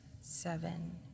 seven